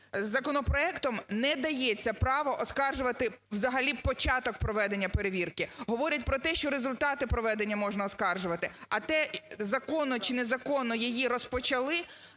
Законопроектом не дається право оскаржувати взагалі початок проведення перевірки, говорить про те, що результати проведення можна оскаржувати, а те законно чи незаконно її розпочали